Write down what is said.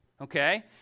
okay